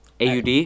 AUD